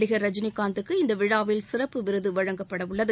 நடிகர் ரஜினிகாந்த்துக்கு இந்த விழாவில் சிறப்பு விருது வழங்கப்படவுள்ளது